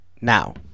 now